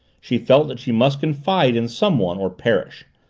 she felt that she must confide in someone or perish.